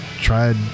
tried